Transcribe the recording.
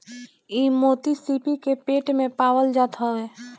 इ मोती सीपी के पेट में पावल जात हवे